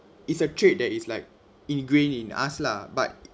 it's a trait that is like ingrained in us lah but